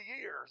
years